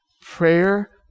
Prayer